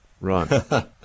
Right